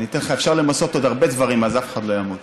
אפשר למסות עוד הרבה דברים, אז אף אחד לא ימות.